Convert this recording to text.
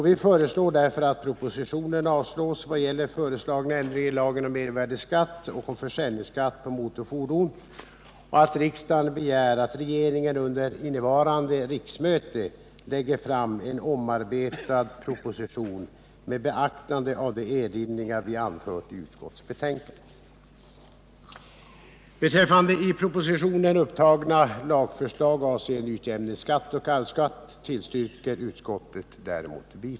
Vi föreslår därför att propositionen avslås vad gäller föreslagna ändringar i lagen om mervärdeskatt och om försäljningsskatt på motorfordon och att riksdagen begär att regeringen under innevarande riksmöte lägger fram en omarbetad proposition med beaktande av de erinringar vi har anfört i utskottsbetänkandet.